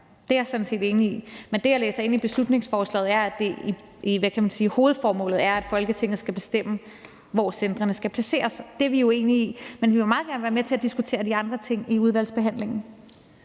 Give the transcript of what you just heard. Det er jeg sådan set enig i. Men det, jeg læser ind i beslutningsforslaget, er, at hovedformålet er, at Folketinget skal bestemme, hvor centrene skal placeres, og det er vi uenige i. Men vi vil meget gerne være med til at diskutere de andre ting i udvalgsbehandlingen.